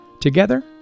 Together